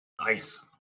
Nice